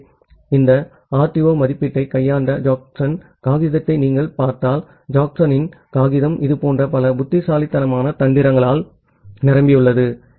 ஆகவே இந்த ஆர்டிஓ மதிப்பீட்டைக் கையாண்ட ஜேக்கப்சன்Jacobson's காகிதத்தை நீங்கள் பார்த்தால் ஜேக்கப்சனின்Jacobson's காகிதம் இதுபோன்ற பல புத்திசாலித்தனமான தந்திரங்களால் நிரம்பியுள்ளது